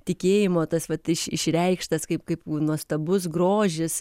tikėjimo tas vat išreikštas kaip kaip nuostabus grožis